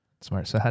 smart